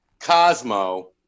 Cosmo